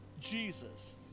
Jesus